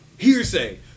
hearsay